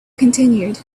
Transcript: continued